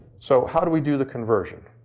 so, how do we do the conversion?